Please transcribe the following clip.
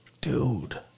Dude